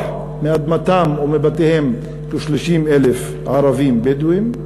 מאדמתם ומבתיהם כ-30,000 ערבים בדואים,